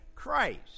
Christ